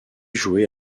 joué